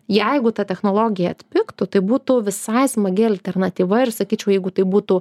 jeigu ta technologija atpigtų tai būtų visai smagi alternatyva ir sakyčiau jeigu tai būtų